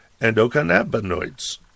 Endocannabinoids